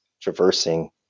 traversing